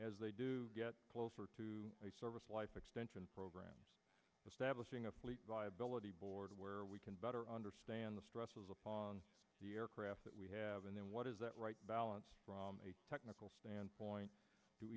as they do get closer to service life extension program establishing a fleet viability board where we can better understand the stresses upon the aircraft that we have and then what is that right balance from a technical standpoint